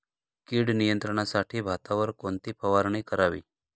कीड नियंत्रणासाठी भातावर कोणती फवारणी करावी?